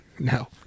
No